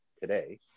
today